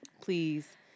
please